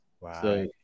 Wow